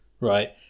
Right